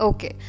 Okay